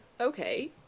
Okay